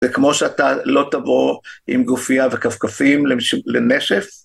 זה כמו שאתה לא תבוא עם גופיה וכפכפים לנשף?